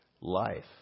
life